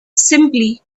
simply